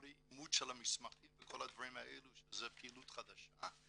כל האימות של המסמכים וכל הדברים האלו שזה פעילות חדשה,